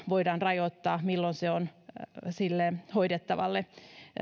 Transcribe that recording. voidaan rajoittaa milloin se on sille hoidettavalle